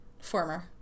Former